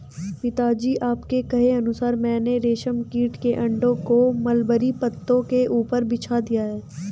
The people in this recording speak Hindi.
पिताजी आपके कहे अनुसार मैंने रेशम कीट के अंडों को मलबरी पत्तों के ऊपर बिछा दिया है